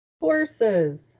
horses